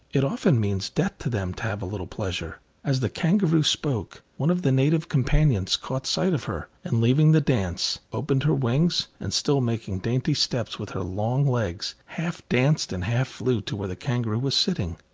it often means death to them to have a little pleasure. as the kangaroo spoke, one of the native companions caught sight of her, and leaving the dance, opened her wings, and still making dainty steps with her long legs, half danced and half flew to where the kangaroo was sitting.